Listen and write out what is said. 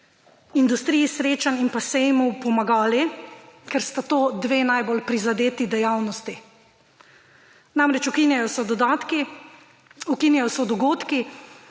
industriji srečanj in pa sejmov pomagali, ker sta to 2 najbolj prizadeti dejavnosti. Namreč ukinjajo se dodatki,